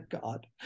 God